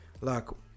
Look